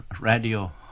radio